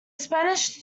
spanish